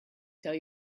tell